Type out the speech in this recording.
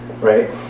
right